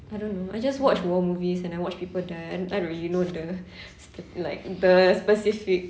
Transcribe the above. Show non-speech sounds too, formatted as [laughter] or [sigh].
I don't know I just watch war movies and I watch people die and I I don't really know the [breath] like the specifics